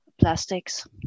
Plastics